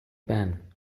pan